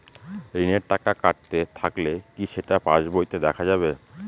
ঋণের টাকা কাটতে থাকলে কি সেটা পাসবইতে দেখা যাবে?